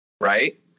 right